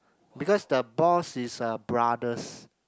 because the boss is a brothers